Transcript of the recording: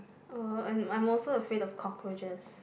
uh and I'm also afraid of cockroaches